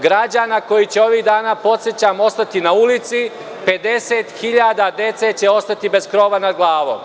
Građana koji će ovih dana, podsećam, ostati na ulici, 50.000 dece će ostati bez krova nad glavom.